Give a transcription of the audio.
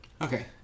Okay